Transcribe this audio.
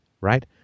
right